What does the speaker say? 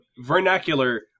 vernacular